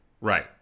Right